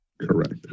Correct